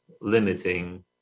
limiting